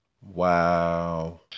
Wow